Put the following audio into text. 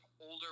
older